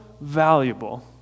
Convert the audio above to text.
valuable